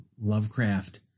Lovecraft